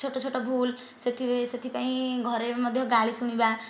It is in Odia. ଛୋଟ ଛୋଟ ଭୁଲ ସେଥି ସେଥିପାଇଁ ଘରେ ବି ମଧ୍ୟ ଗାଳି ଶୁଣିବା